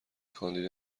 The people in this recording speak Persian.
کاندید